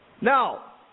Now